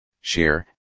share